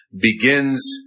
begins